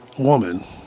woman